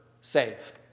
save